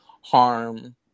harm